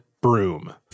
broom